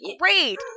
great